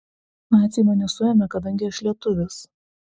naciai mane suėmė kadangi aš lietuvis